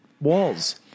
walls